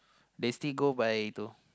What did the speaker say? they still go by rule